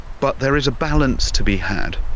but there is a balance to be had.